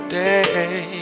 day